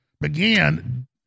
began